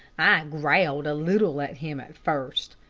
growled a little at him at first,